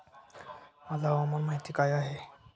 आज हवामान माहिती काय आहे?